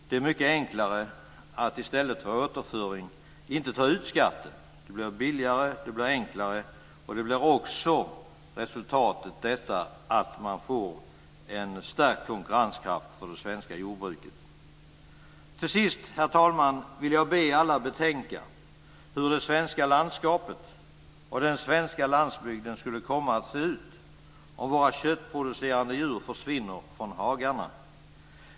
Det är mycket enklare att i stället återföring inte ta ut skatten. Det blir billigare och enklare och ger resultatet att man får en stärkt konkurrenskraft för det svenska jordbruket. Till sist, herr talman, vill jag be alla betänka hur det svenska landskapet och den svenska landsbygden skulle komma att se ut om våra köttproducerande djur försvinner från hagarna.